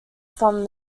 from